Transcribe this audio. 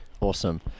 awesome